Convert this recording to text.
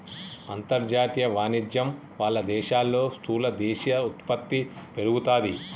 అంతర్జాతీయ వాణిజ్యం వాళ్ళ దేశాల్లో స్థూల దేశీయ ఉత్పత్తి పెరుగుతాది